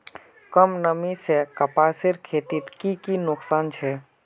कम नमी से कपासेर खेतीत की की नुकसान छे?